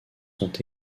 sont